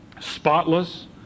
spotless